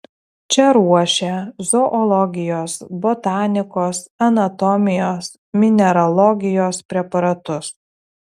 čia ruošė zoologijos botanikos anatomijos mineralogijos preparatus